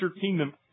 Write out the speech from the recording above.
kingdom